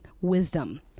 wisdom